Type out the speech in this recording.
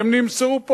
הן נמסרו פה,